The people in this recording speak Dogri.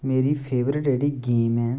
मेरी फैवरट जेह्ड़ी गेम ऐ